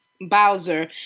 Bowser